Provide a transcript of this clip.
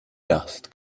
dust